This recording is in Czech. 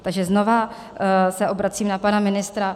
Takže znovu se obracím na pana ministra.